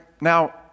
Now